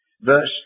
verse